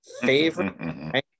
Favorite